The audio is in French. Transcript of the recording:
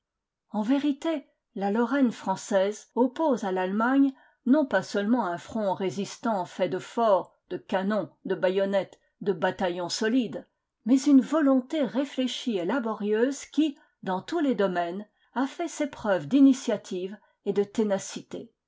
en vérité la lorraine française oppose à l'allemagne non pas seulement un front résistant fait de forts de canons de baïonnettes de bataillons solides mais une volonté réfléchie et laborieuse qui dans tous les domaines a fait ses preuves d'initiative et de ténacité